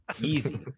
easy